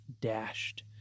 dashed